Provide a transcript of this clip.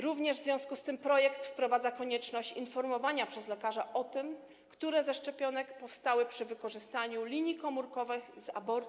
Również w związku z tym w projekcie wprowadza się konieczność informowania przez lekarza o tym, które ze szczepionek powstały przy wykorzystaniu linii komórkowych z aborcji.